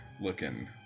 looking